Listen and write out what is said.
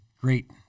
great